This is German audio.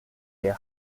der